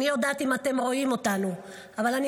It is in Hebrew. איני יודעת אם אתם רואים אותנו אבל אני